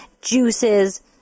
juices